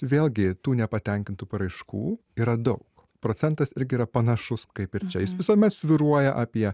vėlgi tų nepatenkintų paraiškų yra daug procentas irgi yra panašus kaip ir čia jis visuomet svyruoja apie